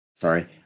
sorry